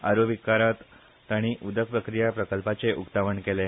आरूविक्कारान ताणी उदक प्रक्रिया प्रकल्पाचेय उक्तावण केले